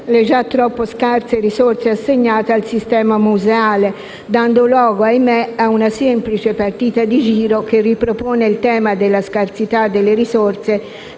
le già troppo scarse risorse assegnate al sistema museale, dando luogo, ahimè, a una semplice partita di giro, che ripropone il tema della scarsità delle risorse